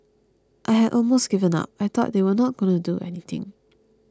I had almost given up I thought they weren't gonna do anything